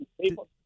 people